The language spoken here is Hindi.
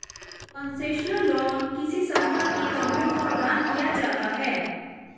कंसेशनल लोन किसी संस्था के कर्मियों को प्रदान किया जाता है